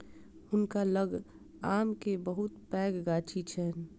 हुनका लग आम के बहुत पैघ गाछी छैन